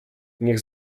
niech